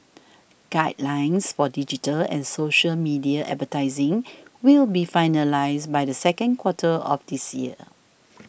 guidelines for digital and social media advertising will be finalised by the second quarter of this year